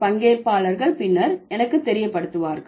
பங்கேற்பாளர்கள் பின்னர் எனக்கு தெரியப்படுத்துவார்கள்